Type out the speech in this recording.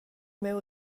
miu